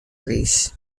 priis